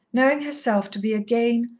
knowing herself to be again,